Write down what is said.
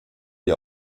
die